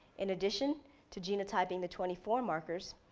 in addition to genotyping the twenty four markers,